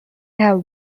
have